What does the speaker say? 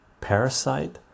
Parasite